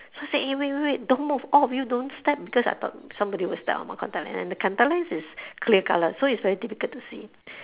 so I said eh wait wait wait don't move all of you don't step because I thought somebody will step on my contact lens and the contact lens is clear colour so it's very difficult to see